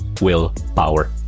willpower